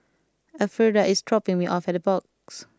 Elfrieda is dropping me off at Big Box